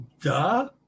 Duh